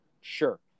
sure